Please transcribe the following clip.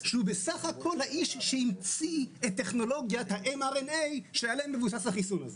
שהוא בסך הכול האיש שהמציא את טכנולוגיית ה-MRNA שעליה מבוסס החיסון.